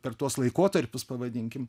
per tuos laikotarpius pavadinkim